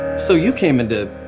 so you came into,